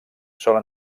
solen